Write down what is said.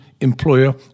employer